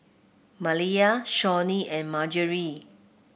Maliyah Shawnee and Margery